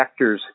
vectors